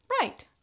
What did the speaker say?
Right